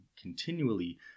continually